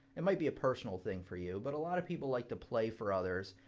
it might be a personal thing for you, but a lot of people like to play for others.